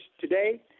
today